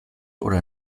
oder